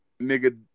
nigga